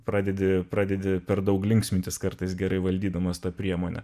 pradedi pradedi per daug linksmintis kartais gerai valdydamas tą priemonę